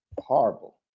horrible